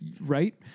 right